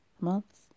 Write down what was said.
months